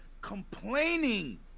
complaining